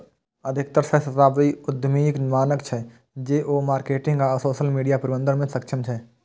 अधिकतर सहस्राब्दी उद्यमीक मानब छै, जे ओ मार्केटिंग आ सोशल मीडिया प्रबंधन मे सक्षम छै